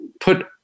put